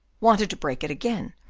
wanted to break it again,